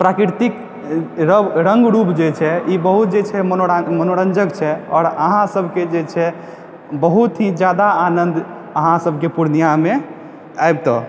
प्राकृतिक रंग रूप जे छै ई बहुत जे छै मनोरंजक छै आओर अहाँ सभके जे छै बहुत ही जादा आनंद अहाँ सभके पूर्णियामे अयतऽ